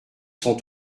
sont